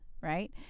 right